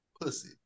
Pussy